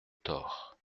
thor